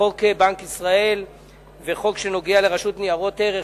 חוק בנק ישראל וחוק שנוגע לרשות ניירות ערך,